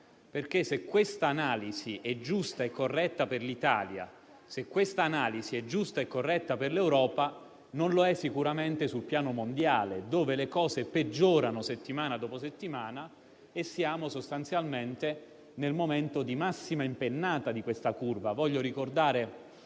infatti, questa analisi è giusta e corretta per l'Italia, se questa analisi è giusta e corretta per l'Europa, non lo è sicuramente sul piano mondiale, dove le cose peggiorano settimana dopo settimana e siamo sostanzialmente nel momento di massima impennata di questa curva.